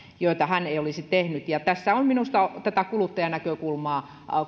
joita hän ei olisi tehnyt tässä on minusta tätä kuluttajanäkökulmaa